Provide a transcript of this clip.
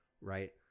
right